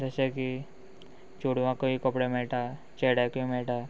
जशे की चेडवांकय कपडे मेळटा चेड्यांकूय मेळटा